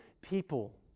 people